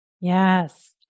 Yes